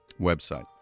website